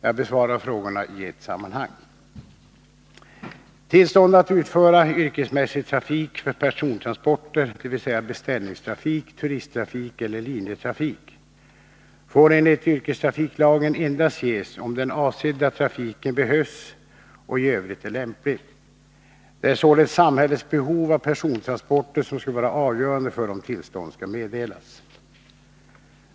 Jag besvarar frågorna i ett sammanhang. Tillstånd att utföra yrkesmässig trafik för persontransporter — dvs. beställningstrafik, turisttrafik eller linjetrafik — får enligt yrkestrafiklagen endast ges om den avsedda trafiken behövs och i övrigt är lämplig. Det är således samhällets behov av persontransporter som skall vara avgörande för om tillstånd skall meddelas.